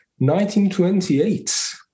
1928